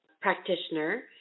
practitioner